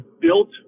built